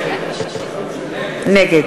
נגד